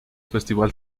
festival